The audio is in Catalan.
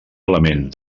elements